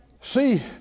See